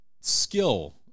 skill